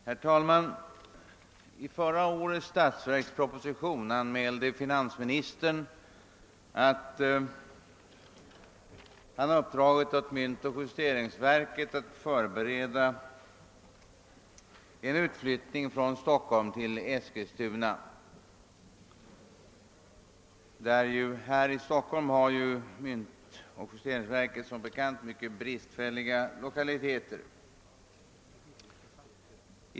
Herr talman! I förra årets statsverksproposition anmälde finansministern att han uppdragit åt myntoch justeringsverket att förbereda en utflyttning från Stockholm till Eskilstuna. Här i Stockholm har ju myntoch justeringsverket mycket bristfälliga lokaler.